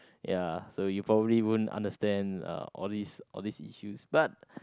ya so you probably won't understand uh all these all these issues but